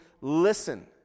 listen